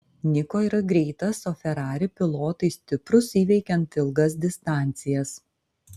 niko yra greitas o ferrari pilotai stiprūs įveikiant ilgas distancijas